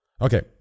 Okay